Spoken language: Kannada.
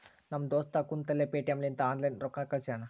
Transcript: ನಮ್ ದೋಸ್ತ ಕುಂತಲ್ಲೇ ಪೇಟಿಎಂ ಲಿಂತ ಆನ್ಲೈನ್ ರೊಕ್ಕಾ ಕಳ್ಶ್ಯಾನ